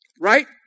Right